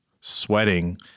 sweating